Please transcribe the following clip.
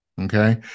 Okay